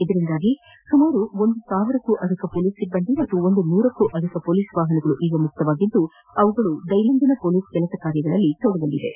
ಇದರಿಂದಾಗಿ ಸುಮಾರು ಒಂದು ಸಾವಿರಕ್ಕೂ ಅಧಿಕ ಪೊಲೀಸ್ ಸಿಬ್ಬಂದಿ ಮತ್ತು ಒಂದು ನೂರಕ್ಕೂ ಅಧಿಕ ಪೊಲೀಸ್ ವಾಹನಗಳು ಈಗ ಮುಕ್ತವಾಗಿದ್ದು ಅವುಗಳು ದ್ವೆನಂದಿನ ಪೊಲೀಸ್ ಕೆಲಸ ಕಾರ್ಯದಲ್ಲಿ ತೊಡಗಲಿವೆ